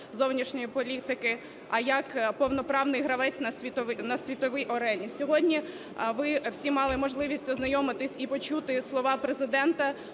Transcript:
зовнішньої політики, а як повноправний гравець на світовій арені. Сьогодні ви всі мали можливість ознайомитися і почути слова Президента,